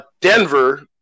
Denver